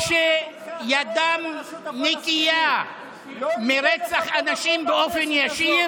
מגן על רוצחים יהודים.